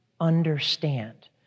understand